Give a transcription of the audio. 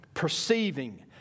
perceiving